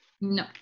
No